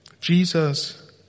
Jesus